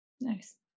Nice